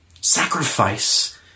Sacrifice